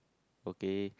okay